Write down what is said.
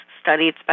studied